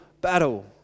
battle